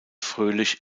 fröhlich